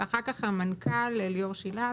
ואחר כך המנכ"ל ליאור שילת